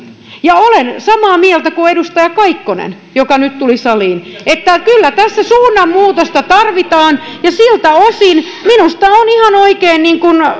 ja olen samaa mieltä kuin edustaja kaikkonen joka nyt tuli saliin että kyllä tässä suunnanmuutosta tarvitaan ja siltä osin minusta on ihan oikein niin kuin